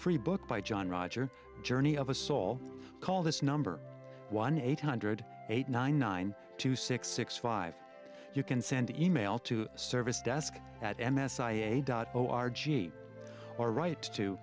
free book by john roger journey of a soul call this number one eight hundred eight nine nine two six six five you can send e mail to service desk at m s i e dot au r g r right to